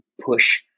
push